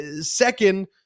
second